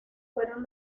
fueron